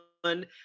One